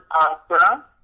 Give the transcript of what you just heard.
opera